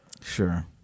Sure